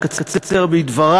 זה בוודאי